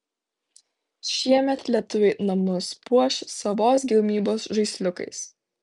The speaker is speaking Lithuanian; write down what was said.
šiemet lietuviai namus puoš savos gamybos žaisliukais